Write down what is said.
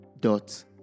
dot